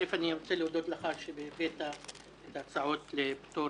אני רוצה להודות לך על שהבאת את ההצעות לפטור